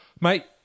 Mate